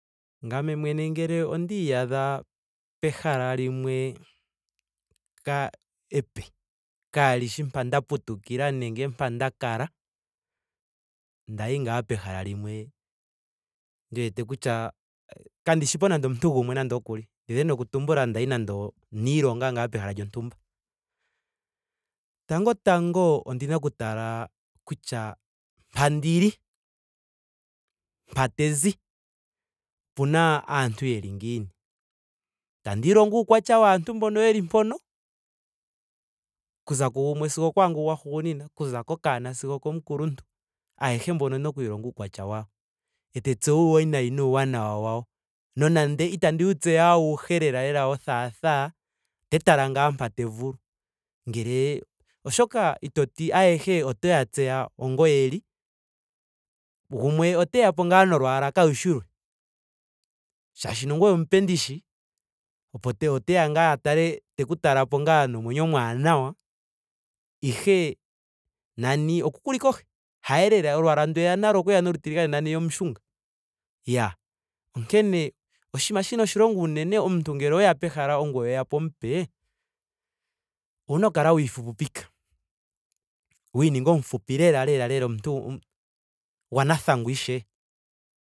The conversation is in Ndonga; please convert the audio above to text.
Ngame mwene ngele onda iyadha peha limwe ka- epe. kaalishi mpa nda putukila. nenge mpa nda kala. ndayi ngaa peha limwe ndi wete kutya kandi shipo nando omuntu gumwe nando okuli. Nda dhina oku tumbula ndayi nando oniilonga ngaa pehala lyontumba. tango tango ondina oku tala utya mpa ndili. mpa te zi. opena aantu yeli ngiini. tandi ilongo uukwatya waantu mbono yeli mpono. okuza kugumwe sigo okwaangu gwahugunina. okuza kokanona sigo okomukuluntu. ayehe mbono ondina oku ilonga uukwatya wawo. Etandi tseya uwanawa nuuwinayi wawo. Nonandi itandi wu tseya awuhe lela lela wothatha. ote tala ngaa mpa te vulu. Ngele oshoka itoti ayehe otoya tseya onga yeli. Gumwe oteyapo ngaa nolwaalwa lwaashi lwe. shaashino ngoye omupe ndishi. opo- oteya ngaa a tale teku talapo ngaa nomwenyo omwaanawa ihe nani oku ku li kohi. Haye lela. olwaalwa ndu eya nalo okweya nolutiligane nani ye omushunga. Iyaa. onkene oshinima shina oshilonga unene omuntu ngele oweya pehala ongoye weyapo omupe, owuna oku kala wiifupipika. Wa ininga omufupi lela lela omuntu gwanathangwa ishewe